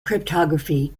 cryptography